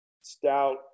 stout